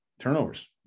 turnovers